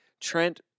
Trent